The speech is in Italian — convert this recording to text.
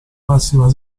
massima